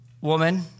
woman